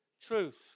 truth